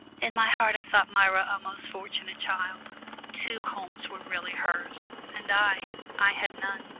in my heart i thought myra a most fortunate child two homes were really hers and i i had none.